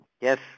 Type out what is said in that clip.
Yes